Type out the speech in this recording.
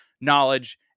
knowledge